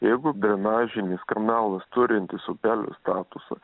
jeigu drenažinis kanalas turintis upelio statusą